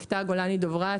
מקטע גולני-דוברת,